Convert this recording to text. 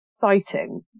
fighting